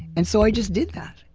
and so i just did that,